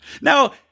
Now